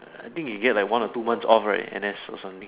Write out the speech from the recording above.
I think they get like one or two months off right N_S or something